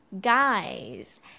guys